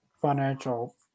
financial